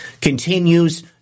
continues